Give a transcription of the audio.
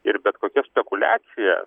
ir bet kokia spekuliacija